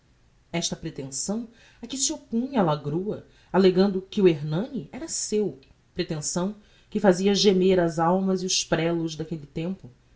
esta pretenção a que se oppunha a lagrua allegando que o ernani era seu pretenção que fazia gemer as almas e os prelos daquelle tempo